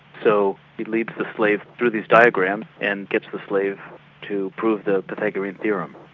so he leads the slave through these diagrams and gets the slave to prove the pythagorean theorem.